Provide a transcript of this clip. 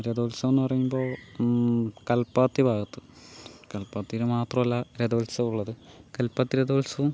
രഥോത്സവമെന്ന് പറയുമ്പോൾ കൽപ്പാത്തി ഭാഗത്ത് കൽപ്പാത്തിയിൽ മാത്രമല്ല രഥോത്സവം ഉള്ളത് കൽപ്പാത്തി രഥോത്സവം